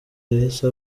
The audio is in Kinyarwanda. yahise